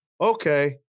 okay